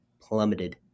plummeted